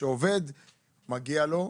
שלעובד מגיע ימי מחלה או